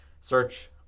search